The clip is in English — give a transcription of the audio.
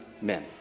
men